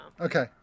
Okay